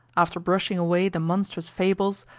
after brushing away the monstrous fables,